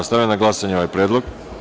Stavljam na glasanje ovaj predlog.